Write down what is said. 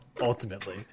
ultimately